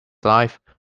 life